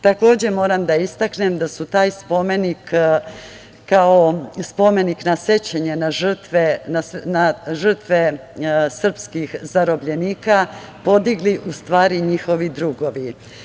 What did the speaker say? Takođe, moram da istaknem da su taj spomenik, kao spomenik na sećanje na žrtve srpskih zarobljenika, podigli u stvari njihovi drugovi.